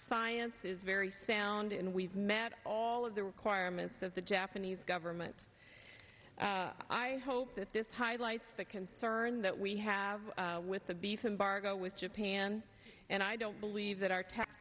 science is very sound and we've met all of the requirements of the japanese government i hope that this highlights the concern that we have with the beef in bargo with japan and i don't believe that our tax